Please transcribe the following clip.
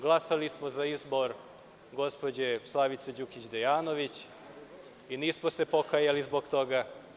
Glasali smo za izbor gospođe Slavice Đukić Dejanović i nismo se pokajali zbog toga.